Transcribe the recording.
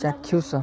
ଚାକ୍ଷୁଷ